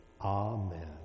amen